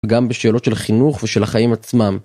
גם בשאלות של חינוך ושל החיים עצמם.